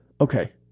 Okay